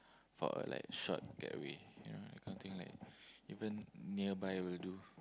for like short getaway you know that kind of thing like even nearby will do